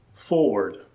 forward